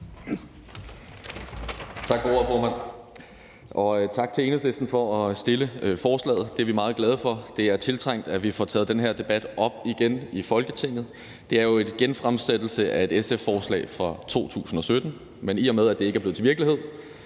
Tak for ordet, formand, og tak til Enhedslisten for at fremsætte forslaget. Det er vi meget glade for. Det er tiltrængt, at vi får taget den her debat op igen i Folketinget. Det er jo en genfremsættelse af et SF-forslag fra 2017, men i og med at det ikke er blevet til virkelighed